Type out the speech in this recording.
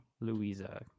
Louisa